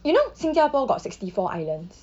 you know 新加坡 got sixty four islands